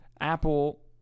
apple